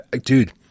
Dude